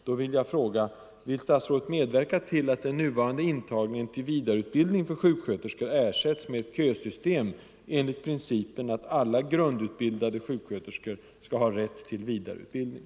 Då vill jag fråga: Vill statsrådet medverka till att den nuvarande intagningen till vidareutbildning för sjuksköterskor ersätts med ett kösystem, enligt principen att alla grundutbildade sjuksköterskor skall ha rätt till vidareutbildning?